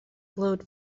glowed